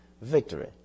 Victory